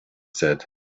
said